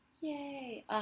Yay